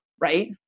Right